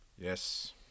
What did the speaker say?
Yes